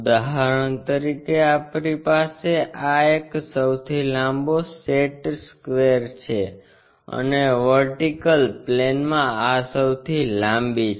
ઉદાહરણ તરીકે આપણી પાસે આ એક સૌથી લાંબો સેટ સ્ક્વેર છે અને વર્ટિકલ પ્લેનમાં આ સૌથી લાંબી છે